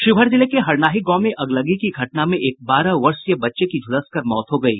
शिवहर जिले के हरनाही गांव में अगलगी की घटना में एक बारह वर्षीय बच्चे की झुलसकर मौत हो गयी